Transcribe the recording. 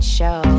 Show